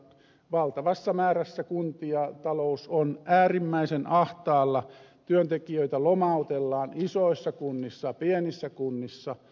valtavassa määrässä kuntia talous on äärimmäisen ahtaalla työntekijöitä lomautellaan isoissa ja pienissä kunnissa